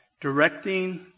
directing